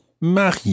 Marie